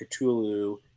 Cthulhu